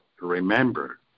remember